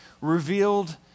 revealed